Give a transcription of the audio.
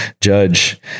judge